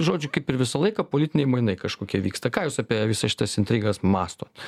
žodžiu kaip ir visą laiką politiniai mainai kažkokie vyksta ką jūs apie visas šitas intrigas mąstot